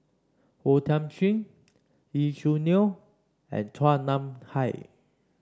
O Thiam Chin Lee Choo Neo and Chua Nam Hai